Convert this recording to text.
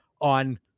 on